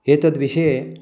एतद् विषये